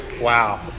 Wow